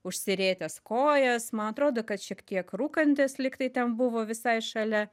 užsirietęs kojas man atrodo kad šiek tiek rūkantis lygtai ten buvo visai šalia